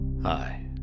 Hi